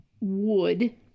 wood